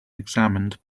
examined